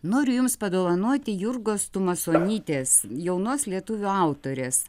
noriu jums padovanoti jurgos tumasonytės jaunos lietuvių autorės